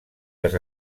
les